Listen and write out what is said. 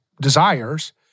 desires